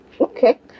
okay